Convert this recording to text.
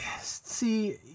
See